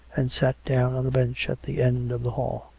and sat down on a bench at the end of the hall.